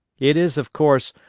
it is, of course,